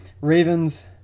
Ravens